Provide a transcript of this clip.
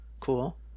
Cool